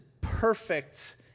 perfect